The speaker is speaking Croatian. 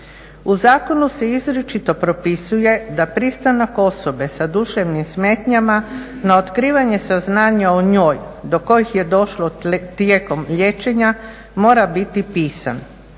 U zakonu se izričito propisuje da pristanak osobe sa duševnim smetnjama na otkrivanje saznanja o njoj do kojih je došlo tijekom liječenja mora biti pisan.